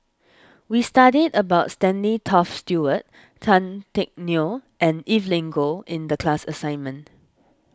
we studied about Stanley Toft Stewart Tan Teck Neo and Evelyn Goh in the class assignment